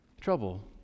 trouble